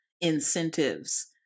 incentives